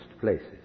places